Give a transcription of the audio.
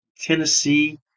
Tennessee